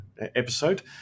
episode